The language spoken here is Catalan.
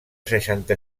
seixanta